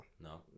No